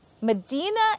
Medina